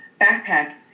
backpack